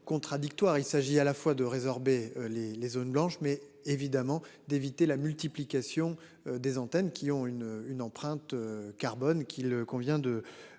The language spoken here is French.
Il s'agit à la fois de résorber les les zones blanches mais évidemment d'éviter la multiplication des antennes qui ont une une empreinte. Carbone qu'il convient de.